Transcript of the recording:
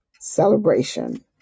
celebration